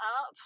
up